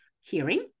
hearing